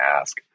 ask